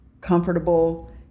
comfortable